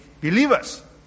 believers